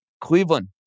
Cleveland